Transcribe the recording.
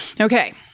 Okay